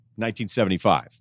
1975